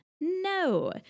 No